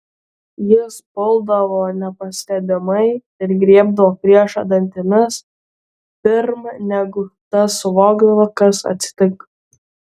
jis puldavo nepastebimai ir griebdavo priešą dantimis pirm negu tas suvokdavo kas atsitiko